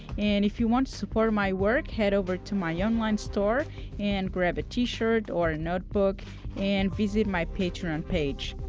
and if you want to support my work, head over to my yeah online store and grab a t-shirt or a notebok and visit my patreon page.